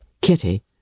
Kitty